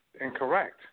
incorrect